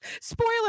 spoiler